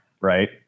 right